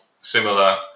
similar